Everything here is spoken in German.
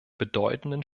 bedeutenden